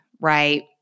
right